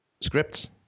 scripts